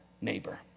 neighbor